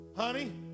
Honey